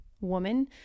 woman